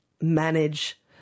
manage